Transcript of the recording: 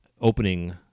opening